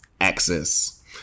Access